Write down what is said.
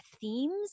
themes